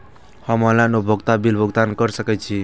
हम ऑनलाइन उपभोगता बिल भुगतान कर सकैछी?